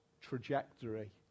trajectory